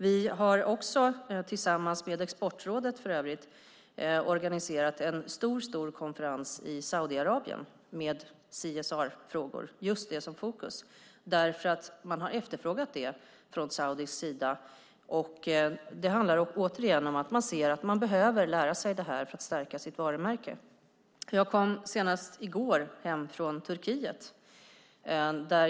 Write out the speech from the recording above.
Vi har också, tillsammans med Exportrådet för övrigt, organiserat en stor konferens i Saudiarabien om CSR-frågor i fokus. Det har efterfrågats från saudisk sida. Det handlar återigen om att de ser att de behöver lära sig det här för att stärka sitt varumärke. I går kom jag hem från Turkiet.